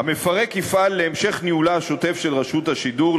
המפרק יפעל להמשך ניהולה השוטף של רשות השידור,